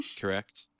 Correct